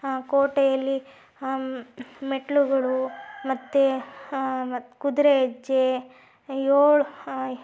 ಕೋಟೆಯಲ್ಲಿ ಮೆಟ್ಟಿಲುಗಳು ಮತ್ತೆ ಮತ್ತೆ ಕುದುರೆ ಹೆಜ್ಜೆ ಏಳು